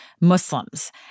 Muslims